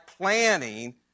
planning